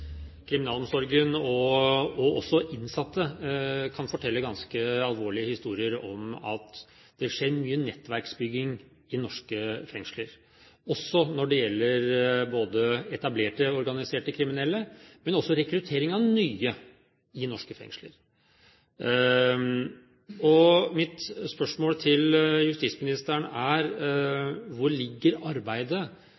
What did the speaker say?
Kriminalomsorgen og også innsatte kan fortelle ganske alvorlige historier om at det skjer mye nettverksbygging i norske fengsler, både når det gjelder etablerte organiserte kriminelle, og også rekruttering av nye. Mitt spørsmål til justisministeren er: